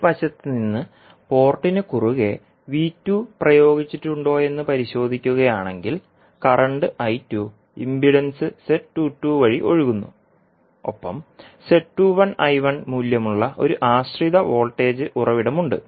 ഈ വശത്ത് നിന്ന് പോർട്ടിനു കുറുകെ പ്രയോഗിച്ചിട്ടുണ്ടോയെന്ന് പരിശോധിക്കുകയാണെങ്കിൽ കറന്റ് I2 ഇംപിഡൻസ് Z22 വഴി ഒഴുകുന്നു ഒപ്പം മൂല്യമുള്ള ഒരു ആശ്രിത വോൾട്ടേജ് ഉറവിടവുമുണ്ട്